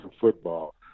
football